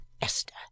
Esther